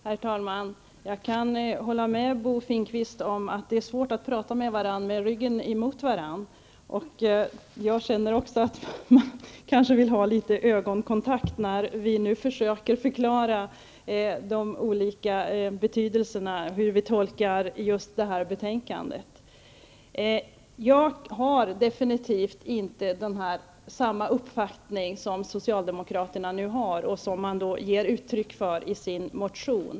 Herr talman! Jag kan hålla med Bo Finnkvist om att det är svårt att tala med varandra med ryggen mot varandra. Jag känner också att man vill ha litet ögonkontakt, när vi nu försöker förklara hur vi tolkar det här betänkandet. Jag har definitivt inte samma uppfattning som socialdemokraterna nu har och som man ger uttryck för i sin motion.